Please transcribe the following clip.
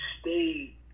stay